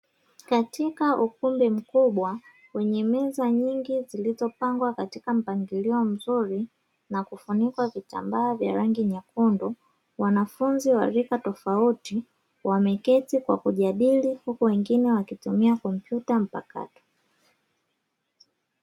Katika ukumbi mkubwa wenye meza nyingi zilizopangwa katika mpangilio mzuri na kufunikwa vitambaa vya rangi nyekundu, wanafunzi wa rika tofauti wameketi kwa kujadili huku wengine wakitumia kompyuta mpakato.